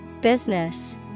Business